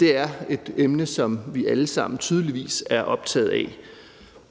Det er et emne, som vi alle sammen tydeligvis er optaget af.